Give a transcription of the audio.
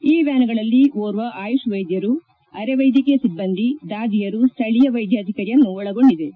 ಈ ವ್ಣಾನ್ಗಳಲ್ಲಿ ಓರ್ವ ಆಯುಷ್ ವೈದ್ಯರು ಅರೆ ವೈದ್ಯಕೀಯ ಸಿಬ್ಬಂದಿ ದಾದಿಯರು ಸ್ವಳೀಯ ವೈದ್ಯಾಧಿಕಾರಿಯನ್ನು ಒಳಗೊಂಡಿದೆ